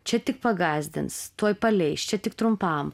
čia tik pagąsdins tuoj paleis čia tik trumpam